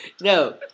No